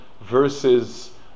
Versus